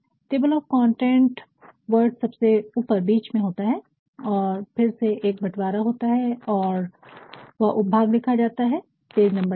table of content word सबसे ऊपर बीच में होता है और फिर से एक बटवारा होता है और वह उपभाग लिखा जाता है पेज नंबर के साथ